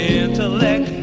intellect